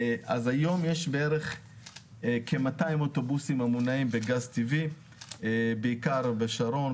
היום יש בערך כ-200 אוטובוסים שמונעים בגז טבעי בעיקר בשרון,